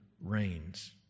reigns